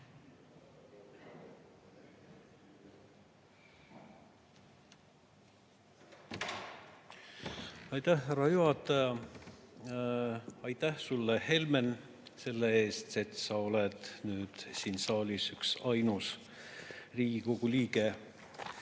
juhataja! Aitäh sulle, Helmen, selle eest, et sa oled nüüd siin saalis üksainus Riigikogu liige,